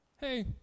hey